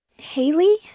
Haley